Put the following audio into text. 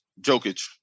Jokic